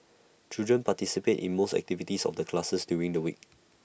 children participate in most activities of the class during the week